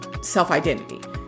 self-identity